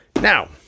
Now